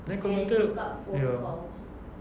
then computer ya